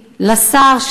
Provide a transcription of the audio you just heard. לשר,